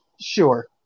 sure